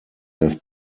have